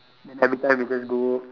and every time it just go